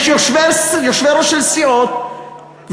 יש יושבי-ראש של סיעות,